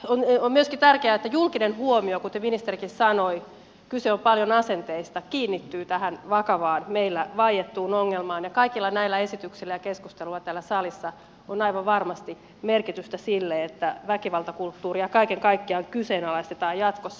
on myöskin tärkeää että julkinen huomio kuten ministerikin sanoi kyse on paljon asenteista kiinnittyy tähän vakavaan meillä vaiettuun ongelmaan ja kaikilla näillä esityksillä ja keskusteluilla täällä salissa on aivan varmasti merkitystä sille että väkivaltakulttuuria kaiken kaikkiaan kyseenalaistetaan jatkossa